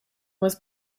was